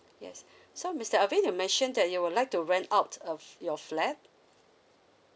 yes so mister alvin you mentioned that you would like to rent out of your flat